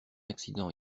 accident